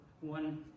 one